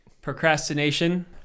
procrastination